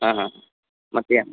ಹಾಂ ಹಾಂ ಮತ್ತು ಏನು